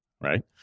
right